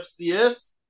FCS